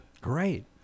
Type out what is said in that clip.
Great